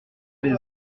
les